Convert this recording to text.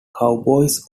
cowboys